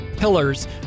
pillars